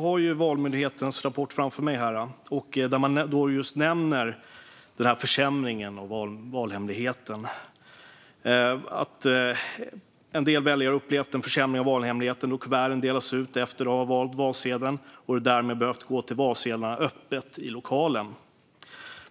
har jag Valmyndighetens rapport framför mig, där man nämner just försämringen av valhemligheten. En del väljare har upplevt en försämrad valhemlighet. Kuverten delas ut efter valsedeln. Man har därmed behövt gå med valsedlarna öppet i lokalen.